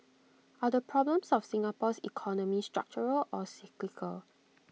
are the problems of Singapore's economy structural or cyclical